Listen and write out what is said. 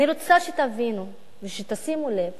אני רוצה שתבינו ושתשימו לב